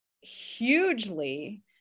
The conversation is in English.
hugely